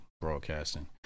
broadcasting